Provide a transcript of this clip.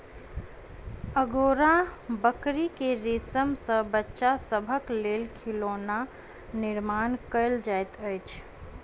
angora बकरी के रेशम सॅ बच्चा सभक लेल खिलौना निर्माण कयल जाइत अछि